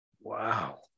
Wow